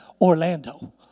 Orlando